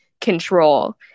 control